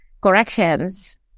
corrections